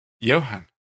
Johan